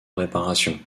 réparation